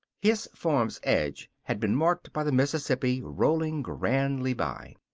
his farm's edge had been marked by the mississippi rolling grandly by.